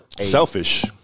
Selfish